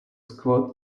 squad